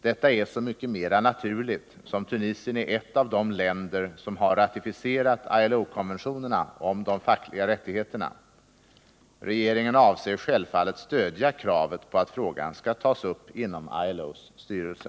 Detta är så mycket mera naturligt som Tunisien är ett av de länder som har ratificerat ILO-konventionerna om de fackliga rättigheterna. Regeringen avser självfallet att stödja kravet på att frågan skall tas upp inom ILO:s styrelse.